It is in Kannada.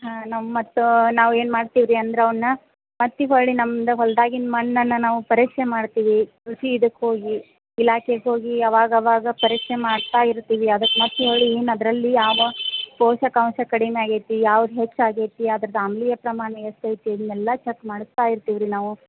ಹಾಂ ನಾವು ಮತ್ತು ನಾವು ಏನು ಮಾಡ್ತೀವಿ ರೀ ಅಂದ್ರೆ ಅವುನ್ನ ಮತ್ತು ಹೊರ್ಳಿ ನಮ್ದು ಹೊಲ್ದಾಗಿನ ಮಣ್ಣನ್ನು ನಾವು ಪರೀಕ್ಷೆ ಮಾಡ್ತೀವಿ ಕೃಷಿ ಇದಕ್ಕೆ ಹೋಗಿ ಇಲಾಖೆಗೆ ಹೋಗಿ ಅವಾಗವಾಗ ಪರೀಕ್ಷೆ ಮಾಡ್ತಾ ಇರ್ತೀವಿ ಅದಕ್ಕೆ ಮತ್ತು ಹೊರ್ಳಿ ಏನು ಅದರಲ್ಲಿ ಯಾವ ಪೋಷಕಾಂಶ ಕಡಿಮೆ ಆಗೈತಿ ಯಾವ್ದು ಹೆಚ್ಚು ಆಗೈತಿ ಅದ್ರದ್ದು ಆಮ್ಲೀಯ ಪ್ರಮಾಣ ಎಷ್ಟು ಐತಿ ಇದನ್ನೆಲ್ಲ ಚಕ್ ಮಾಡಿಸ್ತಾ ಇರ್ತೀವಿ ರೀ ನಾವು